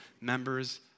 members